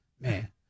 Man